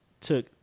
took